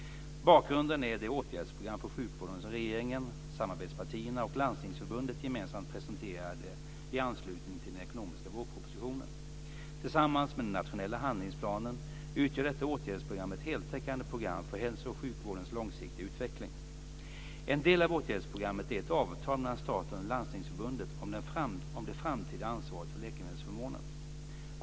Bakgrunden är det åtgärdsprogram för sjukvården som regeringen, samarbetspartierna och Landstingsförbundet gemensamt presenterade i anslutning till den ekonomiska vårpropositionen. Tillsammans med den nationella handlingsplanen utgör detta åtgärdsprogram ett heltäckande program för hälso och sjukvårdens långsiktiga utveckling. En del av åtgärdsprogrammet är ett avtal mellan staten och Landstingsförbundet om det framtida ansvaret för läkemedelsförmånen.